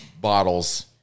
bottles